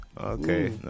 Okay